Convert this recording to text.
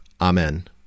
Amen